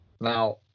Now